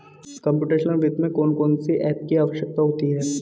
computational वित्त में कौन कौन सी एप की आवश्यकता होती है